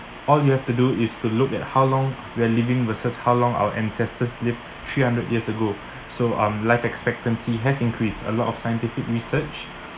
all you have to do is to look at how long we are living versus how long our ancestors lived t~ t~ three hundred years ago so um life expectancy has increased a lot of scientific research